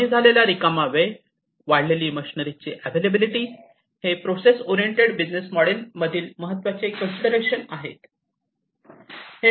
तर कमी झालेला रिकामा वेळ वाढलेली मशिनरीची अवेलेबिलिटी हे प्रोसेस ओरिएंटेड बिझनेस मॉडेल मधील महत्वाचे कन्सिडरेशन आहे